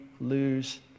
lose